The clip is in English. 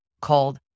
called